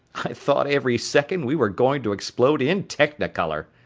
i thought every second we were going to explode in technicolor.